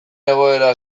egoera